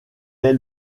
est